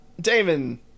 Damon